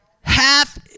Half